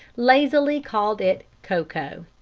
lazily called it cocoa.